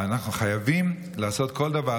אנחנו חייבים לעשות כל דבר,